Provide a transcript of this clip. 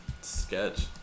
Sketch